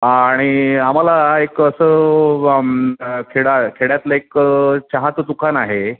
आणि आम्हाला एक असं खेडा खेड्यातलं एक चहाचं दुकान आहे